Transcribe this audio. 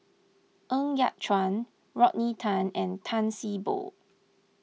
Ng Yat Chuan Rodney Tan and Tan See Boo